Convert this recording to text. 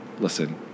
listen